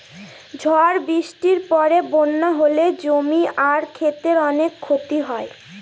ঝড় বৃষ্টির পরে বন্যা হলে জমি আর ক্ষেতের অনেক ক্ষতি হয়